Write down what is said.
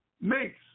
makes